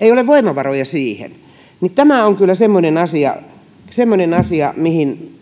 ei ole voimavaroja siihen tämä on kyllä semmoinen asia semmoinen asia mihin